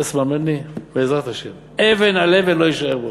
אסמע מִנִי, בעזרת השם, אבן על אבן לא יישאר.